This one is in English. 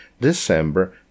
December